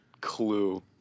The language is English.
clue